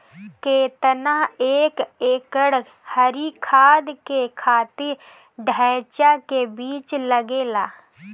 केतना एक एकड़ हरी खाद के खातिर ढैचा के बीज लागेला?